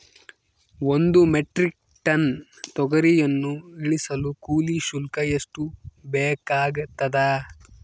ಒಂದು metric ton ತೊಗರಿಯನ್ನು ಇಳಿಸಲು ಕೂಲಿ ಶುಲ್ಕ ಎಷ್ಟು ಬೇಕಾಗತದಾ?